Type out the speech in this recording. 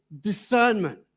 discernment